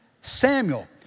Samuel